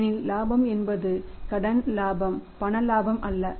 ஏனெனில் இலாபம் என்பது கடன் இலாபம் பண இலாபம் அல்ல